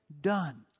done